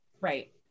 Right